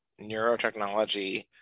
neurotechnology